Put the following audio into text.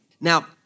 Now